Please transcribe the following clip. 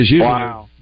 Wow